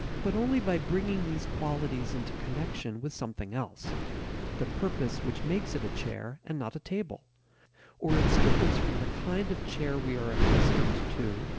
but only by bringing these qualities into connection with something else the purpose which makes it a chair and not a table or its difference from the kind of chair we are accustomed to,